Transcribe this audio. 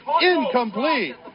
Incomplete